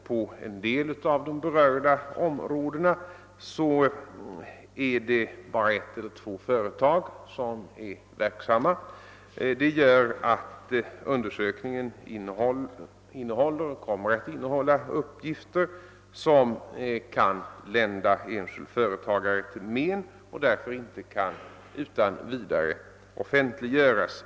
På en del av de berörda områdena är det bara ett eller två företag som är verksamma, och det gör att undersökningen kommer att innehålla uppgifter som kan lända enskild före tagare till men och därför inte utan vidare kan offentliggöras.